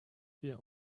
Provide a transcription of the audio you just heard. fear